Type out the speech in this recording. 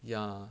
ya